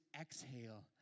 Exhale